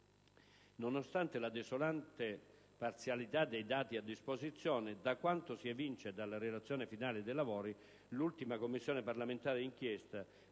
Nonostante la desolante parzialità dei dati a disposizione, da quanto si evince dalla relazione finale dei lavori, l'ultima Commissione parlamentare di inchiesta,